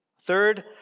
Third